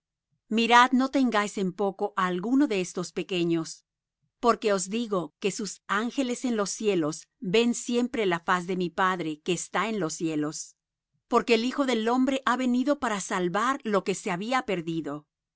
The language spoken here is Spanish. mirad no tengáis en poco á alguno de estos pequeños porque os digo que sus ángeles en los cielos ven siempre la faz de mi padre que está en los cielos porque el hijo del hombre ha venido para salvar lo que se había perdido